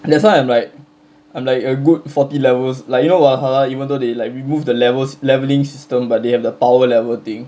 and that's why I'm like I'm like a good forty levels like you know valhalla even though they like remove the levels levelling system but they have the power level thing